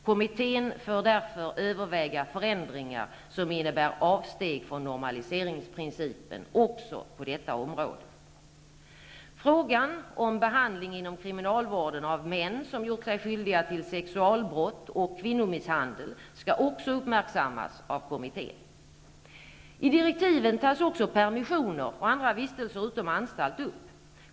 Kommittén får därför överväga förändringar som innebär avsteg från normaliseringsprincipen också på detta område. Frågan om behandling inom kriminalvården av män som gjort sig skyldiga till sexualbrott och kvinnomisshandel skall också uppmärksammas av kommittén. I direktiven tas också permissioner och andra vistelser utom anstalt upp.